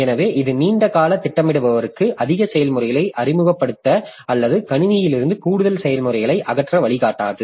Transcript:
எனவே இது நீண்ட கால திட்டமிடுபவருக்கு அதிக செயல்முறைகளை அறிமுகப்படுத்த அல்லது கணினியிலிருந்து கூடுதல் செயல்முறைகளை அகற்ற வழிகாட்டாது